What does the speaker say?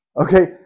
Okay